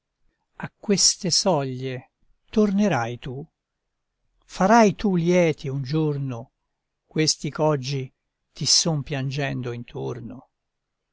a queste soglie tornerai tu farai tu lieti un giorno questi ch'oggi ti son piangendo intorno